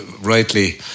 rightly